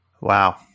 Wow